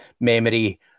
memory